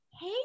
hey